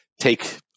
take